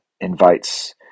invites